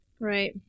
Right